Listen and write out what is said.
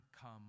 come